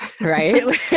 right